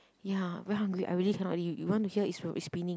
ya very hungry I really cannot already you want to hear it's it's spinning